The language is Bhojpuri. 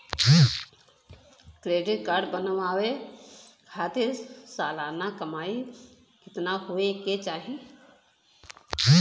क्रेडिट कार्ड बनवावे खातिर सालाना कमाई कितना होए के चाही?